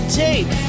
tape